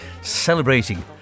celebrating